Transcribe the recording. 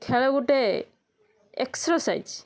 ଖେଳ ଗୁଟେ ଏକ୍ସରସାଇଜ